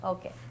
Okay